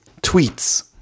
tweets